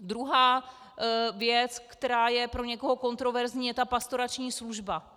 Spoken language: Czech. Druhá věc, která je pro někoho kontroverzní, je pastorační služba.